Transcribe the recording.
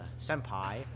senpai